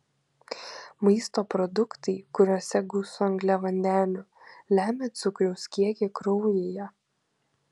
maisto produktai kuriuose gausu angliavandenių lemia cukraus kiekį kraujyje